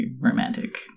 romantic